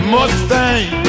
Mustang